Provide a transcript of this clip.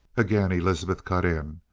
again elizabeth cut in.